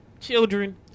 Children